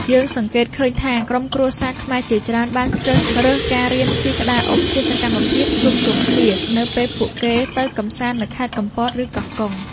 យើងសង្កេតឃើញថា ក្រុមគ្រួសារខ្មែរជាច្រើនបានជ្រើសរើសការរៀនជិះក្តារអុំជាសកម្មភាពជួបជុំគ្នា នៅពេលពួកគេទៅកម្សាន្តនៅខេត្តកំពត ឬកោះកុង។